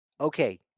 Okay